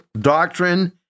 doctrine